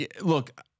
look